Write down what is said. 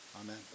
Amen